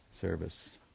service